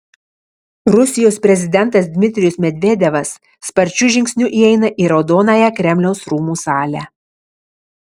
rusijos prezidentas dmitrijus medvedevas sparčiu žingsniu įeina į raudonąją kremliaus rūmų salę